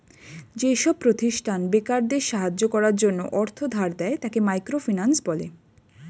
যেসব প্রতিষ্ঠান বেকারদের সাহায্য করার জন্য অর্থ ধার দেয়, তাকে মাইক্রো ফিন্যান্স বলে